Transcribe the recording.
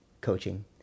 coaching